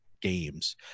games